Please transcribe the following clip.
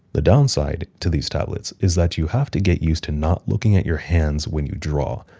the downside to these tablets is that you have to get used to not looking at your hands when you draw.